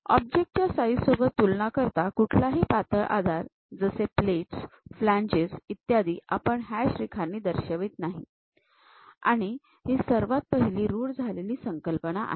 object च्या size सोबत तुलना करता कुठलाही पातळ आधार जसे प्लेट्स फ्लॅन्जेस इत्यादी आपण हॅश रेखांनी दर्शवित नाही आणि ही सर्वात पहिली रूढ झालेली संकल्पना आहे